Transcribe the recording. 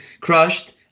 crushed